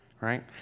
right